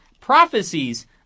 prophecies